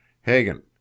Hagen